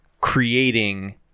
creating